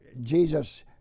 jesus